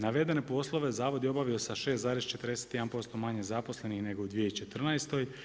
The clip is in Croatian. Navedene poslove zavod je obavio sa 6,41% manje zaposlenih nego u 2014.